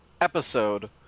episode